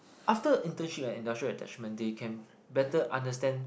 after internship and industrial attachment they can better understand